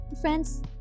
Friends